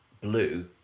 blue